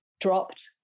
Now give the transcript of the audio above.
dropped